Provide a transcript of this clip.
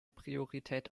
priorität